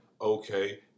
okay